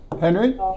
Henry